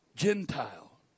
Gentile